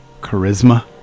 charisma